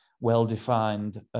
well-defined